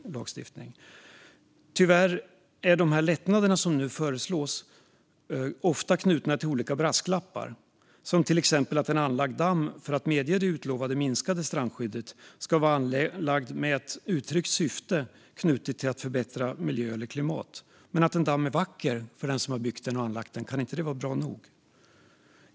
Tyvärr är de lättnader som föreslås ofta knutna till olika brasklappar, till exempel att en anlagd damm för att medge det utlovade minskade strandskyddet ska vara anlagd med ett uttryckt syfte knutet till att förbättra miljö eller klimat. Att en damm är vacker för den som anlagt den, kan inte det vara bra nog?